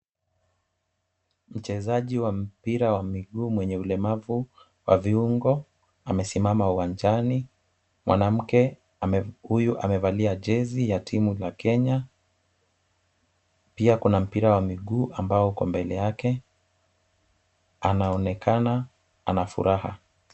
Mchezaji wa mpira wa miguu mwenye ulemavu wa viungo amesimama uwanjani. Mwanamke huyu amevalia jezi ya timu la Kenya. Pia kuna mpira wa mguu ambao uko mbele yake. Anaonekana ana furaha.